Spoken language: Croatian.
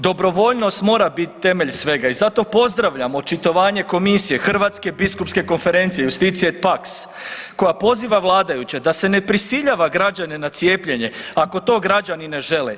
Dobrovoljnost mora biti temelj svega i zato pozdravljam očitovanje komisije Hrvatske biskupske konferencije „Justicije et pax“ koja poziva vladajuće da se ne prisiljava građane na cijepljenje ako to građani ne žele.